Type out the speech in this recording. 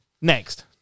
Next